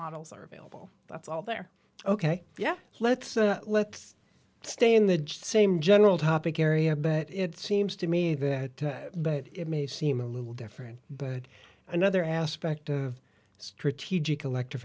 models are available that's all they're ok yeah let's let's stay in the same general topic area but it seems to me that it may seem a little different but another aspect of strategic electri